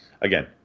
again